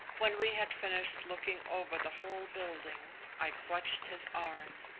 when we had finished looking over the whole building, i clutched his arm.